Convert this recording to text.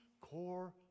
Core